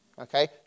Okay